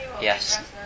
Yes